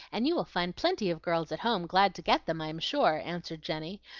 and you will find plenty of girls at home glad to get them, i am sure, answered jenny,